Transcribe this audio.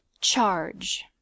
charge